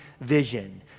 vision